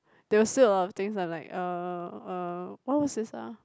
there was still a lot of things I'm uh uh what is this ah